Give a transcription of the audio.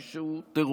מי שהוא טרוריסט,